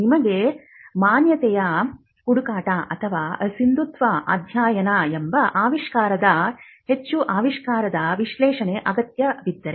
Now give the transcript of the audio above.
ನಿಮಗೆ ಮಾನ್ಯತೆಯ ಹುಡುಕಾಟ ಅಥವಾ ಸಿಂಧುತ್ವ ಅಧ್ಯಯನ ಎಂಬ ಆವಿಷ್ಕಾರದ ಹೆಚ್ಚು ವಿವರವಾದ ವಿಶ್ಲೇಷಣೆ ಅಗತ್ಯವಿದ್ದರೆ